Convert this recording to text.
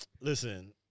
Listen